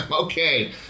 Okay